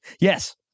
Yes